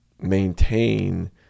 maintain